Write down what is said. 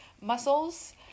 muscles